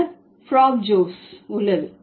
பின்னர் ஃப்ராப்ஜோஸ் உள்ளது